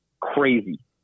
crazy